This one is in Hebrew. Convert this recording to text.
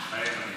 מתחייב אני